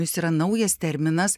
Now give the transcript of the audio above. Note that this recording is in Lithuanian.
jis yra naujas terminas